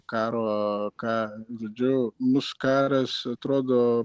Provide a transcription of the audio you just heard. karo ką girdžiu mus karas atrodo